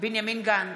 בנימין גנץ,